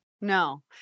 No